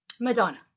Madonna